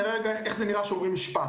אני אראה איך זה נראה כשאומרים משפט.